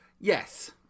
Yes